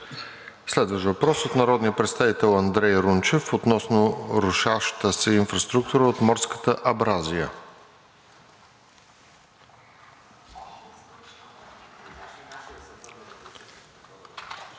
Следващ въпрос от народния представител Андрей Рунчев относно рушаща се инфраструктура от морската абразия.